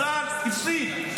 צה"ל הפסיד.